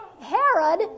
Herod